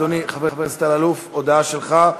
אדוני, חבר הכנסת אלאלוף, הודעה שלך.